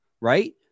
right